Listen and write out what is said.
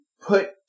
put